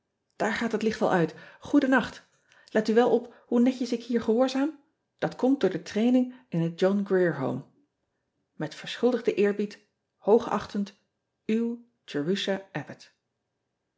aar gaat het licht al uit oeden nacht et u wel op hoe netjes ik hier gehoorzaam at komt door de training in het ohn rier ome et verschuldigden eerbied oogachtend w